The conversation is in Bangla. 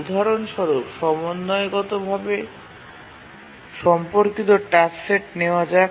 উদাহরণস্বরূপ সমন্বয়গত ভাবে সম্পর্কিত টাস্ক সেট নেওয়া যাক